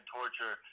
torture